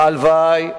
אני מקווה שאני טועה.